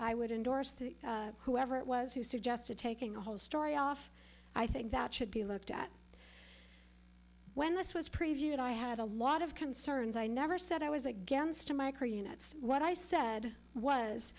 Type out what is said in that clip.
i would endorse the whoever it was who suggested taking the whole story off i think that should be looked at when this was previewed i had a lot of concerns i never said i was against a micro units what i said was